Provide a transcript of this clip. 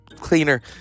cleaner